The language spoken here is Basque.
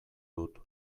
dut